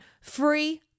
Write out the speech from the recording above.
free